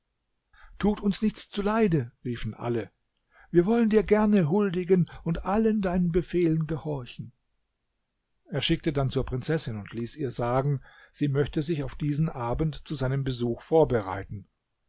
tut uns nichts zuleide riefen alle wir wollen dir gerne huldigen und allen deinen befehlen gehorchen er schickte dann zur prinzessin und ließ ihr sagen sie möchte sich auf diesen abend zu seinem besuch vorbereiten